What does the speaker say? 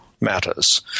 matters